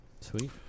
Sweet